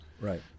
Right